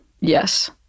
Yes